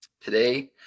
Today